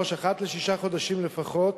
3. אחת לשישה חודשים לפחות,